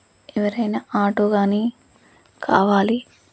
ఎవరైనా ఆటో గానీ కావాలి